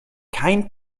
kein